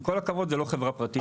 עם כל הכבוד, זה לא חברה פרטית.